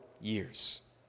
years